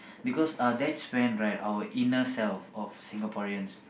because our next friend right our inner self of Singaporeans